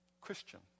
Christian